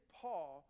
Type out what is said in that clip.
paul